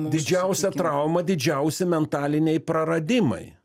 didžiausia trauma didžiausi mentaliniai praradimai